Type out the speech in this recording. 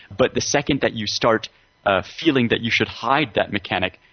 but the second that you start ah feeling that you should hide that mechanic,